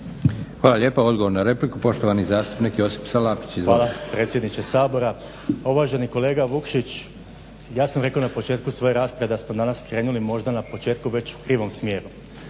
Hvala lijepa. Odgovor na repliku, poštovani zastupnik Josip Salapić. Izvolite. **Salapić, Josip (HDSSB)** Hvala predsjedniče Sabora. Pa uvaženi kolega Vukšić ja sam rekao na početku svoje rasprave da smo danas krenuli možda na početku već u krivom smjeru.